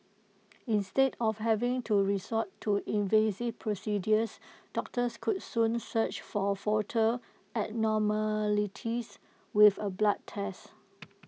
instead of having to resort to invasive procedures doctors could soon search for foetal abnormalities with A blood test